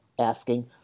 asking